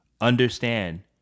Understand